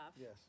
Yes